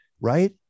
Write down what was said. right